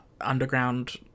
underground